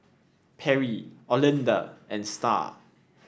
Perry Olinda and Star